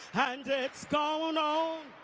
and it's gone on